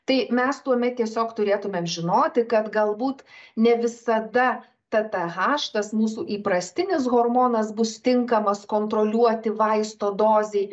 tai mes tuomet tiesiog turėtumėm žinoti kad galbūt ne visada tt haš tas mūsų įprastinis hormonas bus tinkamas kontroliuoti vaisto dozei